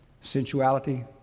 sensuality